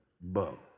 bow